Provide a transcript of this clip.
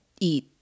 eat